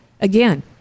Again